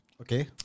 Okay